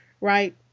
right